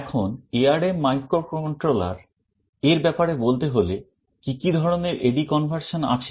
এখন ARM microcontroller এর ব্যাপারে বলতে হলে কি কি ধরনের AD conversion আছে